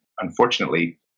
unfortunately